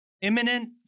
imminent